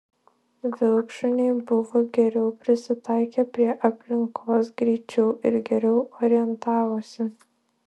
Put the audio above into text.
vilkšuniai buvo geriau prisitaikę prie aplinkos greičiau ir geriau orientavosi